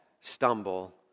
stumble